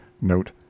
Note